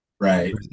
Right